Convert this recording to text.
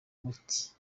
miti